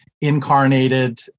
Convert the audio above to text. incarnated